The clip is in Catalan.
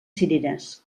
cireres